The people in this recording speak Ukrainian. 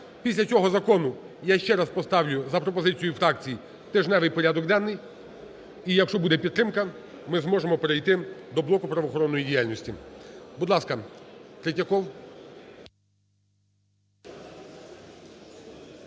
Після цього закону я ще раз поставлю за пропозицією фракцій тижневий порядок денний. І якщо буде підтримка, ми зможемо перейти до блоку правоохоронної діяльності. Будь ласка, Третьяков.